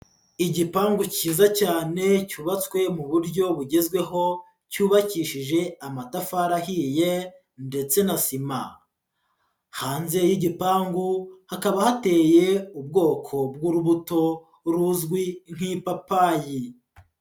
Igipangu cyiza cyane cyubatswe mu buryo bugezweho, cyubakishije amatafari ahiye ndetse na sima, hanze y'igipangu hakaba hateye ubwoko bw'urubuto ruzwi nk'ipapayi.